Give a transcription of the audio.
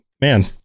man